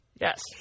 Yes